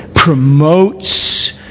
Promotes